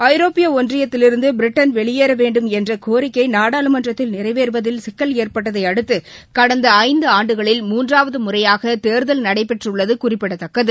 ஐரோப்பிய ஒன்றியத்திலிருந்து பிரிட்டன் வெளியேற வேண்டும் என்ற கோரிக்கை நாடாளுமன்றத்தில் நிறைவேறுவதில் சிக்கல் ஏற்பட்டதை அடுத்து கடந்த ஐந்து ஆண்டுகளில் மூன்றாவது முறையாக நாடாளுமன்றத்துக்கு தேர்தல் நடைபெற்றிருப்பது குறிப்பிடத்தக்கது